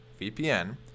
VPN